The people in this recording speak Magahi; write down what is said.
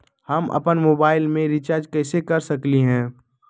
हम अपन मोबाइल में रिचार्ज कैसे कर सकली ह?